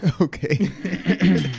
Okay